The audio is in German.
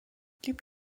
blieb